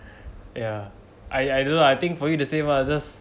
ya I I don't know ah I think for you to same ah just